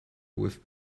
with